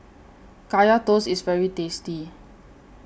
Kaya Toast IS very tasty